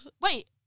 Wait